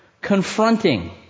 confronting